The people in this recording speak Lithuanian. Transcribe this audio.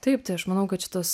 taip tai aš manau kad šitos